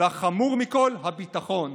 והחמור מכול: הביטחון,